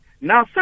Now